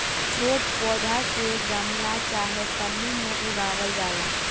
छोट पौधा के गमला चाहे पन्नी में उगावल जाला